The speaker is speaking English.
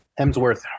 hemsworth